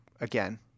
Again